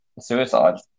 suicide